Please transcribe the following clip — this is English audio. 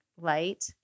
light